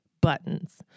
buttons